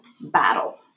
battle